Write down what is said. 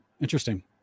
interesting